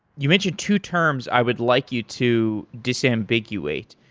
you mentioned two terms i would like you to disambiguate.